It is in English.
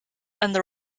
and